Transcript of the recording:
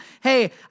hey